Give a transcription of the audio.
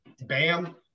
Bam